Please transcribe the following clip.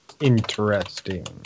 Interesting